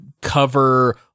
cover